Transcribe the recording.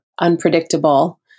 unpredictable